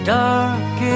dark